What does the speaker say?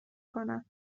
کنم